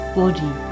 body